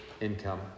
income